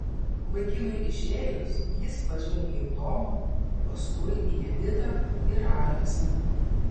vaikinui išėjus jis pažvelgė į tomą paskui į editą ir aleksą